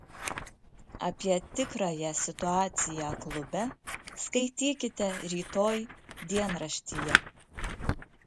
apie tikrąją situaciją klube skaitykite rytoj dienraštyje